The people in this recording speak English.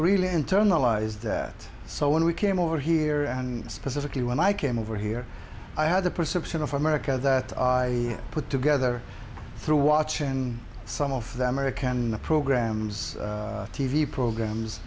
really internalize that so when we came over here and specifically when i came over here i had the perception of america that i put together through watch and some of the american the programs t v programs